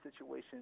situation